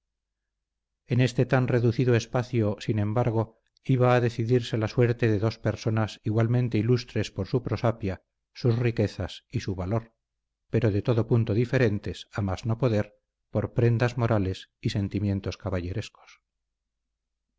en este tan reducido espacio sin embargo iba a decidirse la suerte de dos personas igualmente ilustres por su prosapia sus riquezas y su valor pero de todo punto diferentes a más no poder por prendas morales y sentimientos caballerescos